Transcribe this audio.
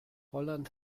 holland